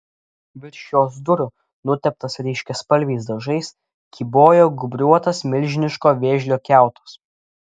virš jos durų nuteptas ryškiaspalviais dažais kybojo gūbriuotas milžiniško vėžlio kiautas